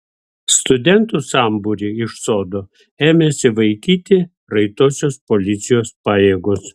studentų sambūrį iš sodo ėmėsi vaikyti raitosios policijos pajėgos